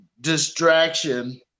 distraction